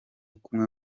kumwe